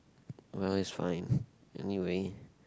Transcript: well is fine anyway